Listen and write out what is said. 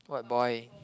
what boy